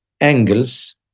angles